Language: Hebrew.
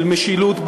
של משילות,